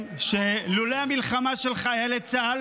אדוני היושב-ראש, חכה רגע.